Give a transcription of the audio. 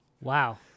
Wow